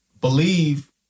believe